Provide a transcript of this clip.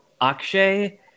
Akshay